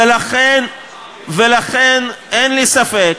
ולכן אין לי ספק